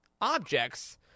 objects